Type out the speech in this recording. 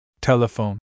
Telephone